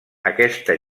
aquesta